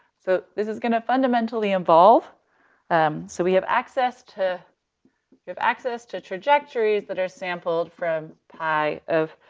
so this is gonna fundamentally involve. um so we have access to we have access to trajectories that are sampled from pi of